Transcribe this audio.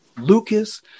lucas